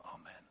Amen